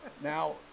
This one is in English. Now